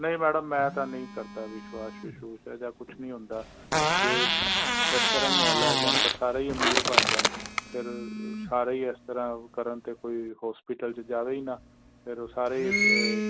ਨਹੀਂ ਮੈਡਮ ਮੈਂ ਤਾਂ ਨਹੀਂ ਕਰਦਾ ਵਿਸ਼ਵਾਸ਼ ਵੁਸ਼ਵਾਸ਼ ਇਹਾ ਜਿਹਾ ਕੁਛ ਨਹੀਂ ਹੁੰਦਾ ਜੇ ਇਸ ਤਰ੍ਹਾਂ ਹੀ ਹੋਣ ਲੱਗ ਜਾਣ ਤਾਂ ਸਾਰੇ ਹੀ ਅਮੀਰ ਬਣ ਜਾਣ ਫੇਰ ਸਾਰੇ ਹੀ ਇਸ ਤਰ੍ਹਾਂ ਕਰਨ ਤਾਂ ਕੋਈ ਹੌਸਪੀਟਲ 'ਚ ਜਾਵੇ ਹੀ ਨਾ ਫੇਰ ਉਹ ਸਾਰੇ